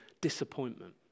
disappointment